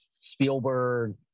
Spielberg